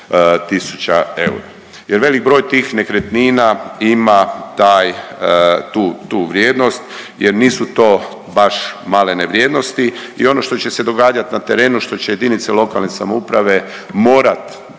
jer velik broj tih nekretnina ima taj, tu vrijednost jer nisu to baš malene vrijednosti i ono što će se događati na terenu što će jedinice lokalne samouprave morati